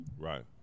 Right